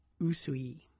Usui